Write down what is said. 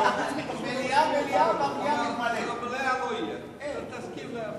הרי לא תהיה, תסכים,